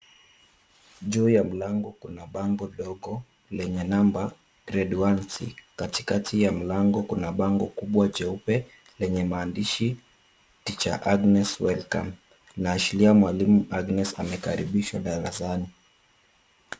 Juu ya mlango kuna bango ndogo lenye namba grade 1C . Kati kati ya mlango kuna bango kubwa jeupe lenye maandishi Tr Agnes welcome . Inaashiria mwalimu Agnes amekaribishwa darasani.